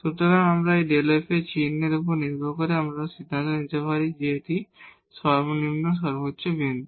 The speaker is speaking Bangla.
সুতরাং এই Δ f এর চিহ্নের উপর ভিত্তি করে আমরা সিদ্ধান্ত নিতে পারি যে এটি মাক্সিমাম মিনিমাম বিন্দু